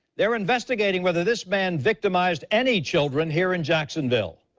they're investigating whether this man victimized any children here in jacksonville.